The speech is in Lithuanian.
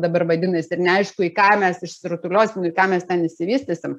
dabar vadinasi ir neaišku į ką mes išsirutuliosim ir ką mes ten išsivystysim